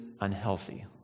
unhealthy